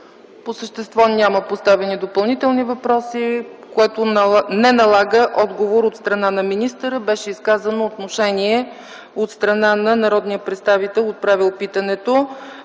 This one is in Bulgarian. По същество няма поставени допълнителни въпроси, което не налага отговор от страна на министъра. Беше изказано отношение от страна на народния представител, отправил питането.